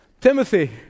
Timothy